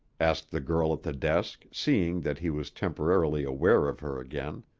asked the girl at the desk, seeing that he was temporarily aware of her again.